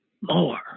more